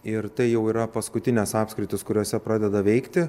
ir tai jau yra paskutinės apskritys kuriose pradeda veikti